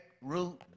root